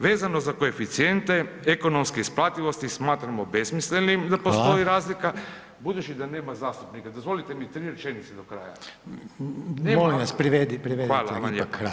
Vezano za koeficijente ekonomske isplativosti, smatramo besmislenim da postoji razlika [[Upadica Reiner: Hvala.]] budući da nema zastupnika, dozvolite mi 3 rečenice do kraja [[Upadica Reiner: Molim vas, privedite ipak kraju, jel.]] Hvala vam lijepa.